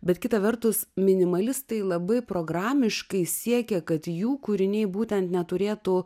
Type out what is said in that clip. bet kita vertus minimalistai labai programiškai siekia kad jų kūriniai būtent neturėtų